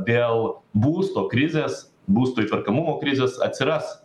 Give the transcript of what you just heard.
dėl būsto krizės būsto įperkamumo krizės atsiras